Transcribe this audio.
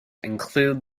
include